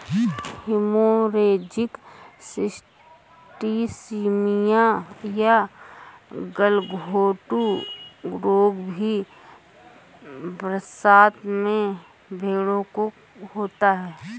haemorrhagic septicaemia या गलघोंटू रोग भी बरसात में भेंड़ों को होता है